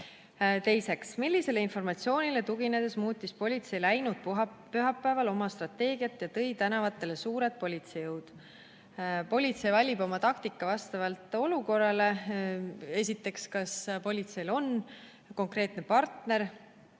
Teiseks: "Millisele informatsioonile tuginedes muutis politsei läinud pühapäeval oma strateegiat ja tõi tänavatele suured politseijõud?" Politsei valib oma taktika vastavalt olukorrale: kas politseil on konkreetne partner